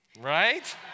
Right